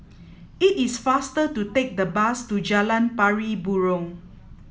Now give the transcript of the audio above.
it is faster to take the bus to Jalan Pari Burong